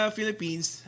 Philippines